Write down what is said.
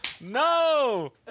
no